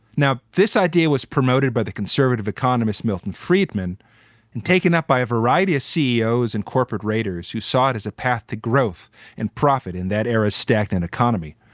now, this idea was promoted by the conservative economists milton friedman and taken up by a variety of ceos and corporate raiders who saw it as a path to growth and profit in that era stacked an economy.